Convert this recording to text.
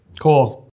Cool